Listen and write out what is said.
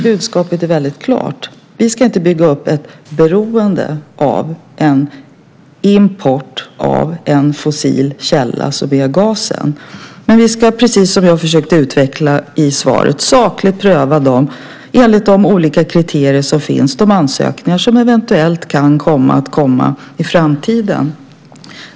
Budskapet är väldigt klart: Vi ska inte bygga upp ett beroende av en import av en fossil källa - gas - men vi ska, precis som jag försökte utveckla i svaret, enligt de olika kriterier som finns, sakligt pröva de ansökningar som eventuellt kan komma i framtiden.